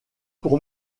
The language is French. pour